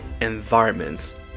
environments